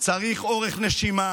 צריך אורך נשימה,